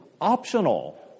optional